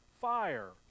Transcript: fire